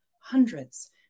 hundreds